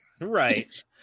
right